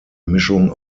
mischung